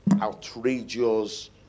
outrageous